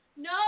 no